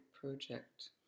project